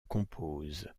composent